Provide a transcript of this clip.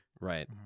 Right